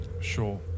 Sure